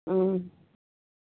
অঁ